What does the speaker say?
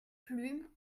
plumes